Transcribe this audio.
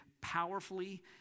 powerfully